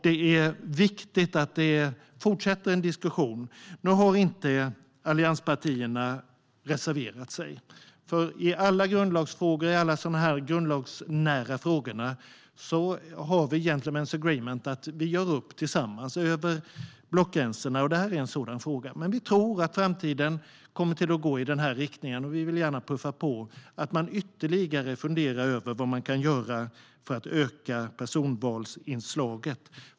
Det är viktigt att diskussionen fortsätter. Nu har inte allianspartierna reserverat sig. I alla grundlagsnära frågor finns en gentlemen's agreement att vi gör upp tillsammans över blockgränserna. Detta är en sådan fråga. Vi tror att framtiden kommer att gå i den riktningen, och vi vill gärna puffa för att ytterligare fundera över vad som kan göras för att öka personvalsinslaget.